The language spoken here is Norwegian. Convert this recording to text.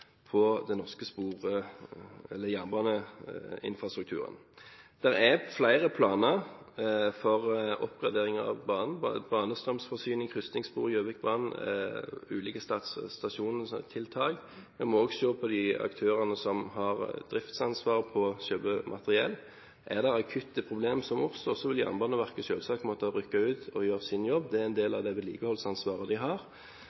flere planer for oppgraderinger av Gjøvikbanen – strømforsyning, krysningsspor og ulike stasjonstiltak. Vi må også se på de aktørene som har ansvar for drift og for å kjøpe materiell. Er det akutte problemer som oppstår, vil Jernbaneverket selvsagt måtte rykke ut og gjøre jobben sin. Det er en del av det vedlikeholdsansvaret de har.